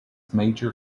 major